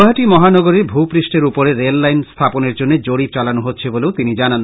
গৌহাটী মহানগরে ভূপষ্ঠের ওপরে রেল লাইন স্থাপনের জন্য জরীপ চালানো হচ্ছে বলেও তিনি জানান